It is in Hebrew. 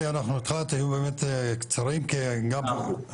ואנחנו מתוכננים לפי תמ"א 35 ל-20 אלף תושבים וכולם פסחו,